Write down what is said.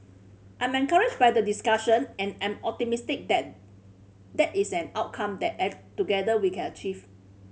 I'm encouraged by the discussion and I am optimistic that that is an outcome that together we can achieve